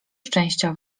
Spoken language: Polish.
szczęścia